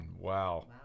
Wow